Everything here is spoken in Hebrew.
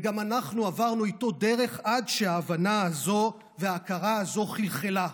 וגם אנחנו עברנו איתו דרך עד שההבנה הזו וההכרה הזו חלחלו.